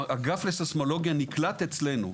האגף לסיסמולוגיה נקלט אצלנו.